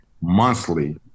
monthly